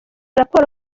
raporo